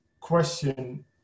question